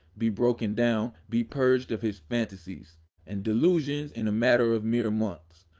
be broken down, be purged of his fantasies and delusions in a matter of mere months.